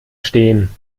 stehen